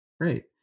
Great